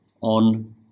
on